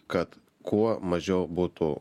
kad kuo mažiau būtų